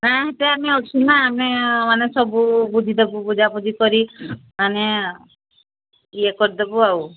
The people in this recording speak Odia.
ନା ସେଠି ଆମେ ଅଛୁ ନା ଆମେମାନେ ସବୁ ବୁଝିଦେବୁ ବୁଝାବୁଜି କରି ମାନେ ଇଏ କରିଦେବୁ ଆଉ